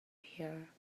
here